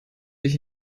ich